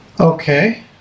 Okay